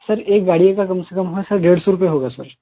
sir एक गाड़ी का कम से कम होगा सर डेढ़ सौ रुपए होगा सर